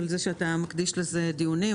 שאתה מקדיש לזה דיונים.